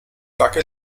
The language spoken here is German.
backe